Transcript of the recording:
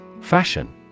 Fashion